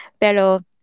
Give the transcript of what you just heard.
Pero